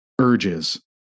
urges